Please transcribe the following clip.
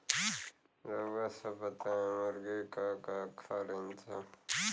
रउआ सभ बताई मुर्गी का का खालीन सब?